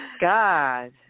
god